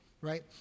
Right